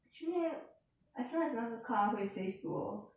should be a~ as long as 那个 car 会 save fuel